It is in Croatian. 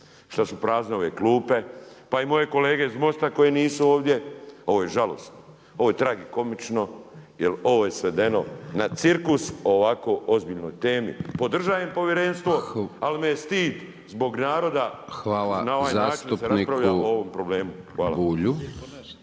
šta su prazne ove klupe, pa i moje kolege iz Most-a koje nisu ovdje, ovo je žalosno, ovo je tragikomično jel ovo je svedeno na cirkus o ovako ozbiljnoj temi. Podržajem povjerenstvo ali me je stid zbog naroda na ovaj način na koji se raspravlja o ovom problemu. **Hajdaš